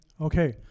Okay